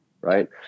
right